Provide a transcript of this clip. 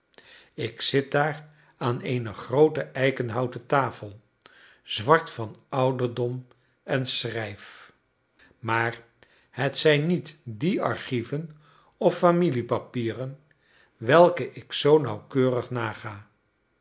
ik zit daar aan eene groote eikenhouten tafel zwart van ouderdom en schrijf maar het zijn niet die archieven of familiepapieren welke ik zoo nauwkeurig naga